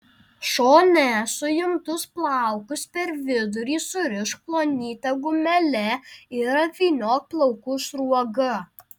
šone suimtus plaukus per vidurį surišk plonyte gumele ir apvyniok plaukų sruoga